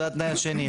זה התנאי השני,